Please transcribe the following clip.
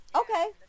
okay